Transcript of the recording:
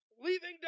Leaving